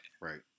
Right